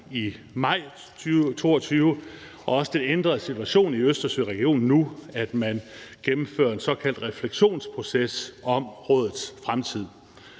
i maj 2022 og også den ændrede situation i Østersøregionen nu, at man gennemfører en såkaldt refleksionsproces om rådets fremtid.